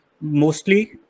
mostly